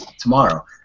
tomorrow